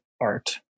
art